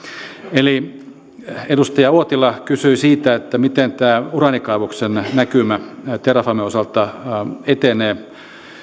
eli edustaja uotila kysyi siitä miten tämä uraanikaivoksen näkymä terrafamen osalta etenee